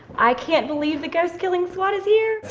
i can't believe the ghost killing squad is here.